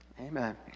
Amen